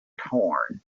torn